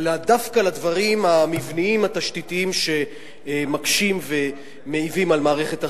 אלא דווקא לדברים המבניים התשתיתיים שמקשים ומעיבים על מערכת החינוך.